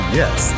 yes